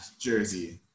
jersey